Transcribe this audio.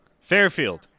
Fairfield